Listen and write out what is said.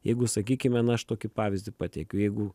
jeigu sakykime na aš tokį pavyzdį pateikiu jeigu